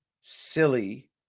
silly